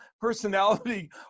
personality